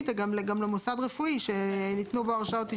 אבל למפקחים "יהיו נתונות הסמכויות